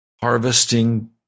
harvesting